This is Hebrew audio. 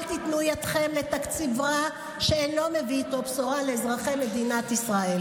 אל תיתנו ידכם לתקציב רע שאינו מביא איתו בשורה לאזרחי מדינת ישראל.